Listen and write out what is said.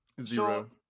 Zero